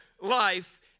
life